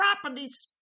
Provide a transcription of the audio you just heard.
properties